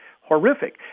horrific